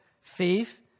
faith